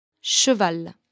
Cheval